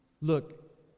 Look